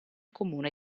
comune